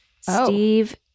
Steve